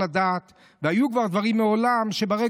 אבל אם אתם סוגרים מפעלים פה,